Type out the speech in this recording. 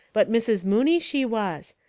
but missis mooney she was.